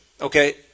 okay